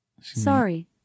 Sorry